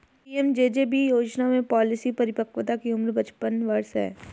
PMJJB योजना में policy परिपक्वता की उम्र पचपन वर्ष है